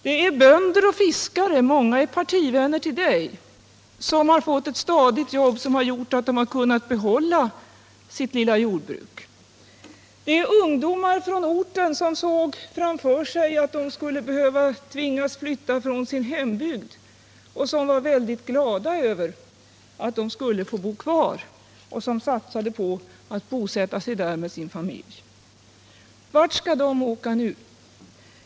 Det är bönder och fiskare —- många är partivänner till dig — som har fått ett stadigt jobb, vilket har gjort att de har kunnat behålla sitt lilla jordbruk. Det är ungdomar från orten som tidigare såg framför sig att de skulle tvingas flytta från sin hembygd, som var väldigt glada över att de skulle få bo kvar och som satsade på att bosätta sig där med sin familj. Vart skall de åka nu?